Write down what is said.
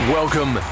welcome